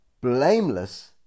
blameless